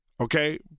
Okay